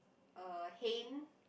uh hayne